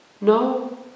No